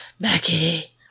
Becky